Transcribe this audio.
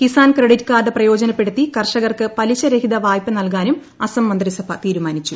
Kisan credit card പ്രയോജനപ്പെടുത്തി കർഷകർക്ക് പലിശ രഹിത വായ്പ നൽകാനും അസം മന്ത്രിസഭൂ തീരുമാനിച്ചു